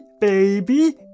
Baby